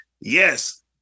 yes